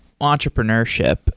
entrepreneurship